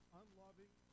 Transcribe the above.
unloving